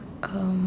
um